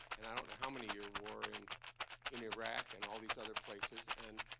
and i-don't-know-how-many-year war in in iraq and all these other places. and